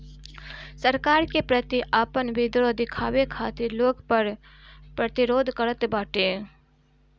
सरकार के प्रति आपन विद्रोह दिखावे खातिर लोग कर प्रतिरोध करत बाटे